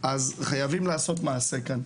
אז חייבים לעשות כאן מעשה,